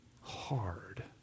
hard